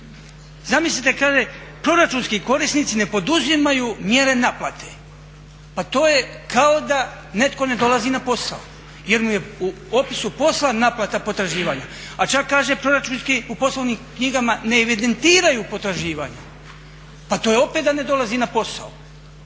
Zamislite, kaže proračunski korisnici ne poduzimaju mjere naplate. Pa to je kao da netko ne dolazi na posao jer mu je u opisu posla naplata potraživanja. A čak kaže u poslovnim knjigama ne evidentiraju potraživanja. Pa to je opet da ne dolazi na posao.